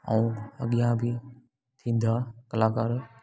ऐं अॻियां बि थींदा कलाकार